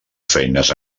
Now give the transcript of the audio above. feines